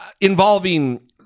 involving